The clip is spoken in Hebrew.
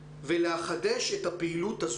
ולא לפגוע להם אפילו בשקל אחד.